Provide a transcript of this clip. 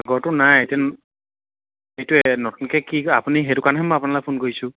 আগৰটো নাই এতিয়া এইটোৱে নতুনকৈ কি কয় আপুনি সেইটোৰ কাৰণেহে মই আপোনালে ফোন কৰিছোঁ